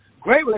great